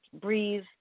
breathe